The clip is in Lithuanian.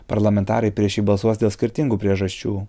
parlamentarai prieš jį balsuos dėl skirtingų priežasčių